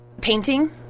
Painting